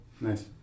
Nice